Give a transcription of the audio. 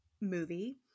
movie